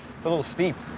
it's a little steep.